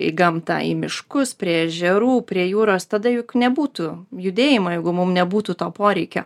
į gamtą į miškus prie ežerų prie jūros tada juk nebūtų judėjimo jeigu mum nebūtų to poreikio